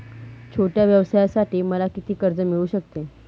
छोट्या व्यवसायासाठी मला किती कर्ज मिळू शकते?